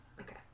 Okay